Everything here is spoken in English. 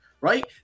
right